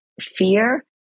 fear